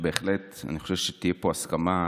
שבהחלט תהיה פה הסכמה,